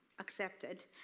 Accepted